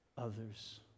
Others